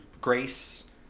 Grace